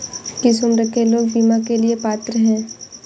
किस उम्र के लोग बीमा के लिए पात्र हैं?